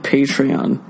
Patreon